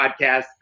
podcast